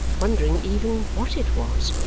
wondering even what it was.